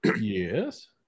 yes